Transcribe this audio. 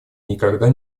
никогда